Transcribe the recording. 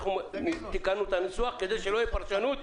אנחנו תיקנו את הניסוח כדי שלא תהיה פרשנות.